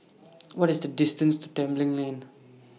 What IS The distance to Tembeling Lane